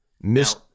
miss